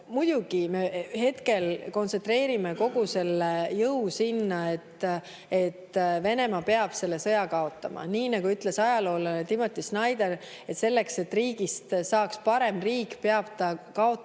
muidugi me hetkel kontsentreerime kogu selle jõu sinna, et Venemaa peab selle sõja kaotama. Nii nagu ütles ajaloolane Timothy Snyder, selleks, et riigist saaks parem riik, peab ta kaotama